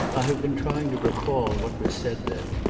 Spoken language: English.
i have been trying to recall what was said then.